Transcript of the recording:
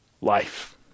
life